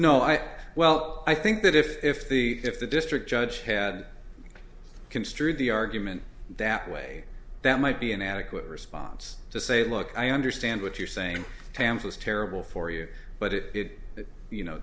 know i well i think that if the if the district judge had construed the argument that way that might be an adequate response to say look i understand what you're saying tampa is terrible for you but it did you know